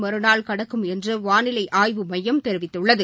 மறுநாள் கடக்கும் என்று வானிலை ஆய்வு மையம் தெரிவித்துள்ளது